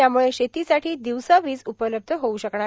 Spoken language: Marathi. त्याम्ळे शेतीसाठी दिवसा वीज उपलब्ध होऊ शकणार आहे